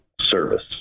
service